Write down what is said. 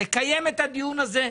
לקיים את הדיון הזה,